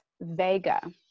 Vega